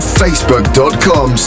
facebook.com